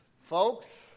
Folks